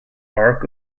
arc